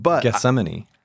Gethsemane